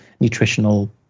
nutritional